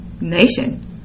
nation